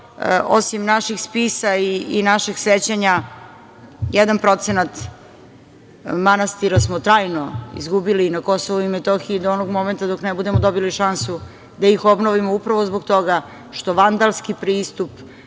osim naših spisa i naših sećanja, jedan procenat manastira smo trajno izgubili na Kosovu i Metohiji, do onog momenta dok ne budemo dobili šansu da ih obnovimo, upravo zbog toga što vandalski pristup